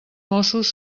mossos